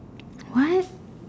what